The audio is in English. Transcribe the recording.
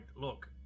look